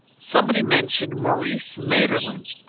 somebody mentioned maurice maeterlinck,